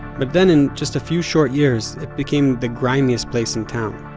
but then in just a few short years, it became the grimiest place in town.